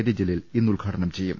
T Jaleel ഇന്ന് ഉദ്ഘാടനം ചെയ്യും